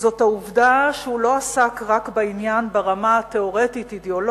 העובדה שהוא לא עסק בעניין רק ברמה התיאורטית-אידיאולוגית,